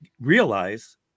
realize